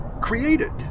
created